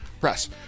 Press